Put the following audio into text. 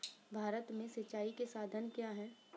भारत में सिंचाई के साधन क्या है?